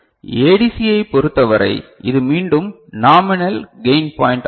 ADC ஐப் பொறுத்தவரை இது மீண்டும் நாமினல் கையின் பாய்ண்ட் ஆகும்